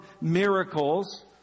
miracles